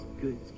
good